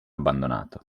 abbandonato